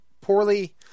poorly